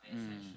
mm